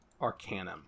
Arcanum